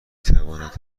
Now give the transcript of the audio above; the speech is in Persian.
تواند